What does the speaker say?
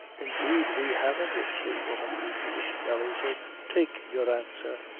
indeed, we haven't it, good woman, repeated nelly so take your answer.